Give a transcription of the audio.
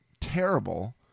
terrible